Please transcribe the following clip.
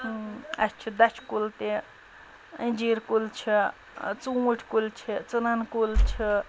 اَسہِ چھِ دَچھ کُل تہِ أنجیٖر کُل چھِ ژوٗنٛٹھۍ کُلۍ چھِ ژٕنَن کُل چھِ